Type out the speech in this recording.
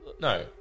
no